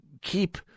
keep